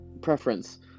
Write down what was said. preference